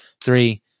three